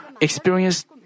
experienced